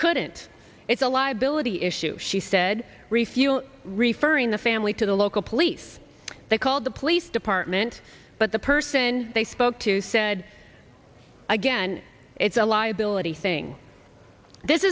couldn't it's a liability issue she said refuel referring the family to the local police they called the police department but the person they spoke to said again it's a liability thing this